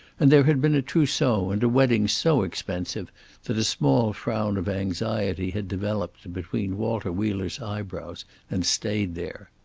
and there had been a trousseau and a wedding so expensive that a small frown of anxiety had developed between walter wheeler's eyebrows and stayed there.